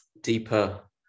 deeper